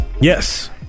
Yes